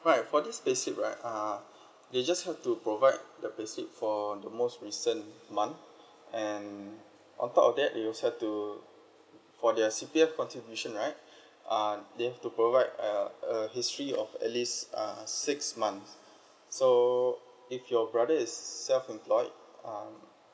right for this pay slip right uh you just have to provide the pay slip for the most recent month and on top of that you'll have to for their C_P_F contributions right uh they have to provide uh a history of at least uh six months so if your brother is self employed um